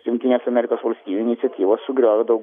jungtinės amerikos valstijų iniciatyvos sugriovė daug